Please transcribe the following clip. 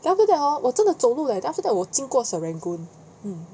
then after that hor 我真的走路 leh then after that 我经过 serangoon mm